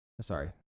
Sorry